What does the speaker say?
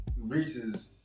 reaches